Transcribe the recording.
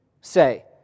say